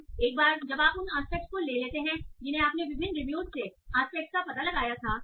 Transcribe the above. अब एक बार जब आप उन आस्पेक्टस को ले लेते हैं जिन्हें आपने विभिन्न रिव्यूज से आस्पेक्टस का पता लगाया था